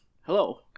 Hello